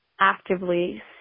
actively